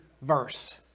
verse